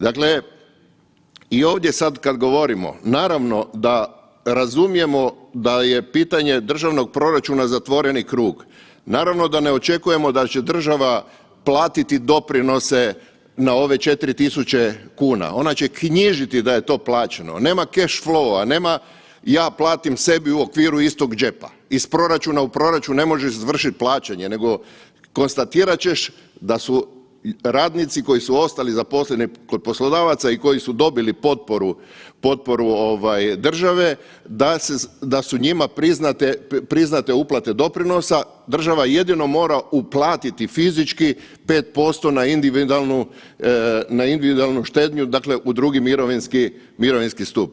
Dakle, i ovdje sad kad govorimo naravno da razumijemo da je pitanje državnog proračuna zatvoreni krug, naravno da ne očekujemo da će država platiti doprinose na ove 4.000 kuna, ona će knjižiti da je to plaćeno, nema keš lova, nema ja platim sebi u okviru istog džepa, iz proračuna u proračun ne možeš izvršiti plaćanje nego konstatirat ćeš da su radnici koji su ostali zaposleni kod poslodavaca i koji su dobili potporu ovaj države da su njima priznate uplate doprinosa, država jedino mora uplatiti fizički 5% na individualnu štednju, dakle u II mirovinski stup.